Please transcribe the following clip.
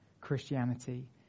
Christianity